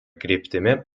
kryptimi